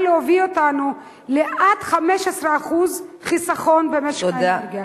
להביא אותנו עד ל-15% חיסכון במשק האנרגיה.